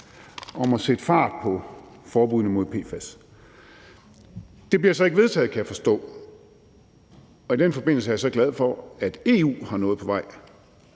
om at sætte fart på forbuddene mod PFAS. Det bliver så ikke vedtaget, kan jeg forstå, og i den forbindelse er jeg så glad for, at EU har noget på vej.